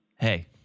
Hey